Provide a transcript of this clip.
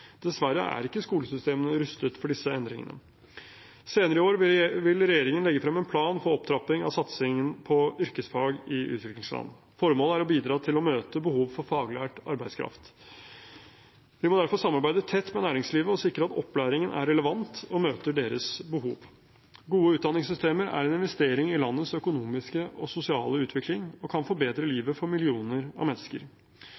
Dessverre er ikke skolesystemene rustet for disse endringene. Senere i år vil regjeringen legge frem en plan for opptrapping av satsingen på yrkesfag i utviklingsland. Formålet er å bidra til å møte behovet for faglært arbeidskraft. Vi må derfor samarbeide tett med næringslivet og sikre at opplæringen er relevant og møter deres behov. Gode utdanningssystemer er en investering i landets økonomiske og sosiale utvikling, og kan forbedre